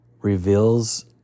reveals